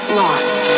lost